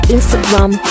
Instagram